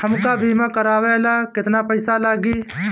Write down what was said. हमका बीमा करावे ला केतना पईसा लागी?